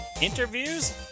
interviews